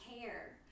care